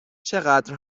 چقدر